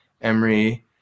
Emery